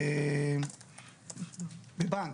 בבנק,